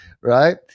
right